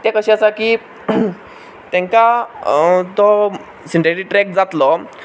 तें कशें आसा की तेंकां तो सिंथेथीक ट्रॅक जातलो